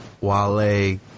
Wale